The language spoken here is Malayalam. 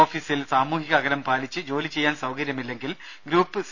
ഓഫീസിൽ സാമൂഹിക അകലം പാലിച്ച് ജോലി ചെയ്യാൻ സൌകര്യമില്ലെങ്കിൽ ഗ്രൂപ്പ് സി